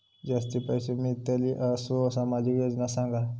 जास्ती पैशे मिळतील असो सामाजिक योजना सांगा?